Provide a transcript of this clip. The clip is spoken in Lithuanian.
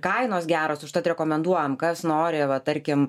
kainos geros užtat rekomenduojam kas nori va tarkim